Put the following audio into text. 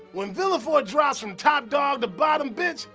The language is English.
when villefort drops from top dawg to bottom bitch,